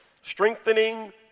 Strengthening